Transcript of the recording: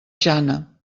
jana